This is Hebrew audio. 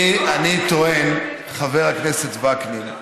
אני טוען, חבר הכנסת וקנין,